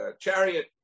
chariot